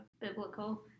biblical